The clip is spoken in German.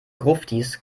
gruftis